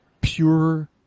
pure